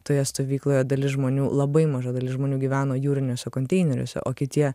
toje stovykloje dalis žmonių labai maža dalis žmonių gyveno jūriniuose konteineriuose o kitie